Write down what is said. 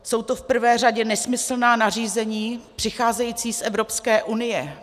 Jsou to v prvé řadě nesmyslná nařízení přicházející z Evropské unie.